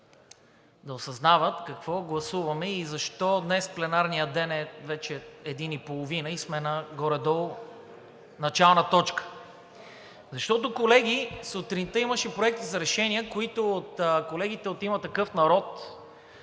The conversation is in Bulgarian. да осъзнават какво гласуваме и защо днес пленарният ден – вече е 13,30 ч. и сме горе-долу в начална точка. Защото, колеги, сутринта имаше проекти за решения, които колегите от „Има такъв народ“